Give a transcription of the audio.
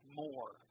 more